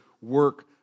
work